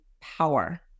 power